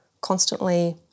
constantly